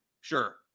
sure